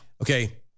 Okay